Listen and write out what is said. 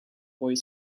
boy